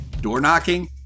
door-knocking